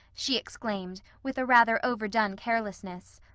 she exclaimed, with a rather overdone carelessness.